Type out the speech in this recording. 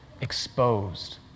exposed